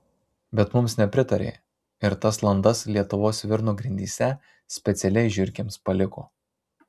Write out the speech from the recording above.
bet mums nepritarė ir tas landas lietuvos svirno grindyse specialiai žiurkėms paliko